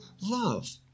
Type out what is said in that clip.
love